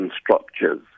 structures